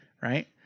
right